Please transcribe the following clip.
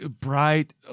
bright